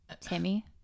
Timmy